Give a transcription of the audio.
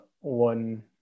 one